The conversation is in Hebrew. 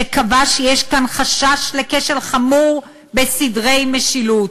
שקבע שיש כאן חשש לכשל חמור בסדרי משילות.